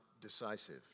decisive